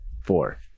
four